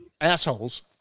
assholes